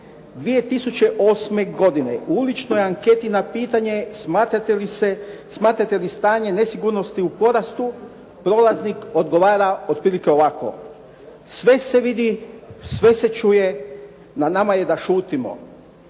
20.10.2008. godine u uličnoj anketi na pitanje: Smatrate li stanje nesigurnosti u porastu? Prolaznik odgovara otprilike ovako: Sve se vidi, sve se čuje, na nama je da šutimo.